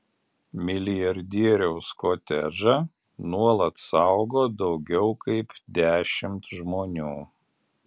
milijardieriaus kotedžą nuolat saugo daugiau kaip dešimt žmonių